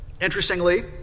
interestingly